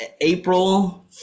April